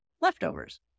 leftovers